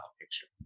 picture